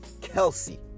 Kelsey